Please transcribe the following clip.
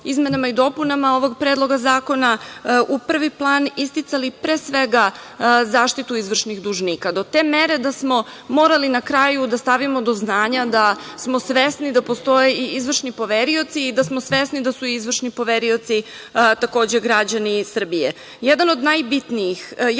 izmenama i dopunama ovog Predloga zakona, u prvi plan isticali pre svega zaštitu izvršnih dužnika, do te mere da smo morali na kraju da stavimo do znanja da smo svesni da postoje i izvršni poverioci i da smo svesni da su izvršni poverioci takođe građani Srbije. Jedno